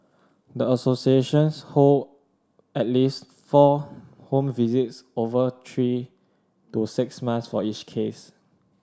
the associations hold at least four home visits over three to six months for each case